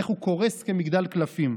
איך הוא קורס כמגדל קלפים.